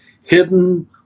hidden